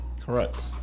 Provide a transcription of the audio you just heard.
Correct